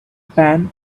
pan